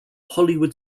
hollywood